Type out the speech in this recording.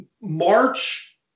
March